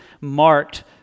marked